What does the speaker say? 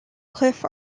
cliff